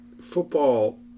football